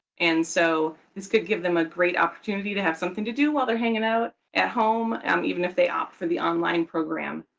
and so this could give them a great opportunity to have something to do while they're hanging out at home um even if they opt for the online program.